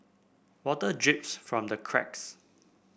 water drips from the cracks